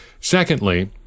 Secondly